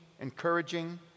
encouraging